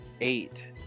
eight